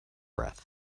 breath